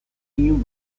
inon